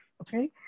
okay